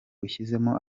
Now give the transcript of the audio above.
ushyizemo